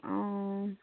অঁ